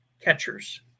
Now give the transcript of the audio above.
catchers